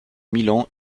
milan